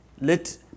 let